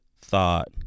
thought